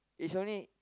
is only